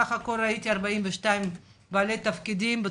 סך הכול ראיתי 42 בעלי תפקידים.